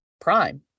Prime